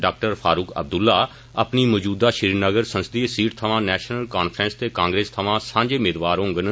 डा फारूक अब्दुल्ला अपनी मौजूदा श्रीनगर संसदीय सीट थमां नैषनल कांफ्रैंस ते कांग्रेस थमां सांझे मेदवार होगन